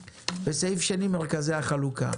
וסעיף שני רגיש הוא מרכזי החלוקה.